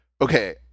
okay